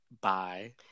bye